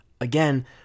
again